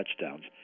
touchdowns